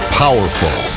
powerful